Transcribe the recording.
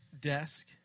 desk